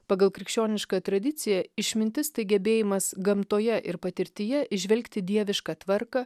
pagal krikščionišką tradiciją išmintis tai gebėjimas gamtoje ir patirtyje įžvelgti dievišką tvarką